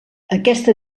aquesta